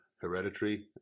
hereditary